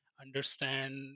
understand